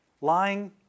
lying